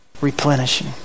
replenishing